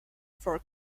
for